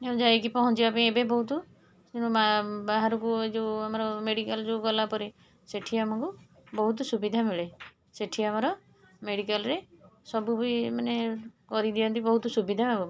ଏଣୁ ଯାଇକି ପହଞ୍ଚିବାପାଇଁ ଏବେ ବହୁତ ବା ବାହାରକୁ ଏଇ ଯେଉଁ ଆମର ମେଡ଼ିକାଲ୍ ଯେଉଁ ଗଲାପରେ ସେଇଠି ଆମକୁ ବହୁତ ସୁବିଧା ମିଳେ ସେଇଠି ଆମର ମେଡ଼ିକାଲରେ ସବୁ ବି ମାନେ କରିଦିଅନ୍ତି ବହୁତ ସୁବିଧା ଆଉ